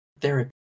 therapy